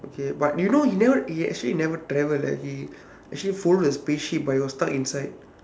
okay but you know he never he actually never travel leh he actually follow the spaceship but he was stuck inside